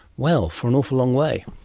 well, for an awful long way.